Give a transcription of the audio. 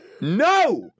no